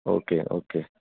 okay okay